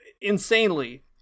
insanely